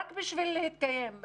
רק בשביל להתקיים,